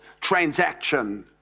transaction